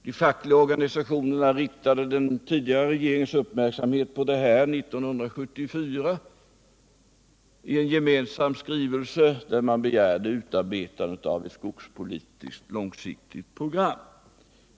De fackliga organisationerna riktade den tidigare regeringens uppmärksamhet på detta i en gemensam skrivelse under 1974, där man begärde utarbetandet av ett skogspolitiskt långsiktigt program.